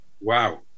wow